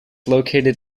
located